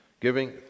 giving